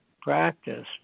practice